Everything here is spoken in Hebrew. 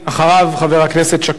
חבר הכנסת שכיב שנאן,